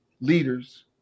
leaders